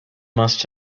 must